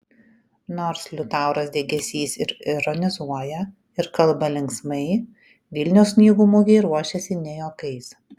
nors liutauras degėsys ir ironizuoja ir kalba linksmai vilniaus knygų mugei ruošiasi ne juokais